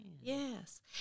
Yes